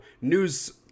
news